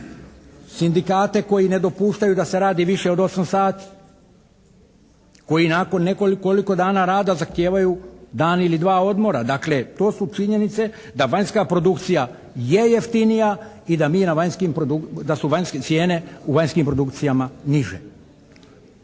Sindikate koji ne dopuštaju da se radi više od 8 sati, koji nakon nekoliko dana rada zahtijevaju dan ili dva odmora. Dakle, to su činjenice da vanjska produkcija je jeftinija i da su vanjske cijene u vanjskim produkcijama niže.